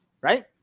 right